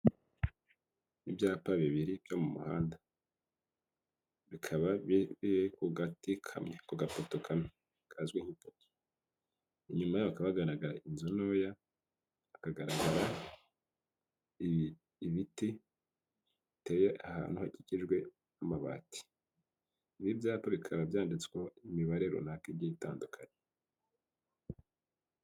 Ni ibyapa bibiri byo mu muhanda bikaba biri ku gati kamwe ku gapoto kamwe kazwi nk'ipoto. Inyuma yaho hakaba hagaragara inzu ntoya hakagaragara ibiti biteye ahantu hakikijwe amabati. Ibi byapa bikaba byanditsweho imibare runaka igiye itandukanye.